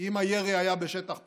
אם הירי היה בשטח פתוח,